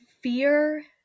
fear